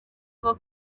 bwo